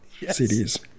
CDs